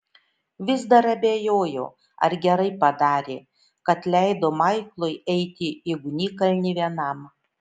vis dar abejojo ar gerai padarė kad leido maiklui eiti į ugnikalnį vienam